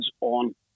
on